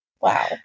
Wow